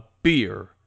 Beer